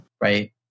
Right